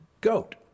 goat